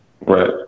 right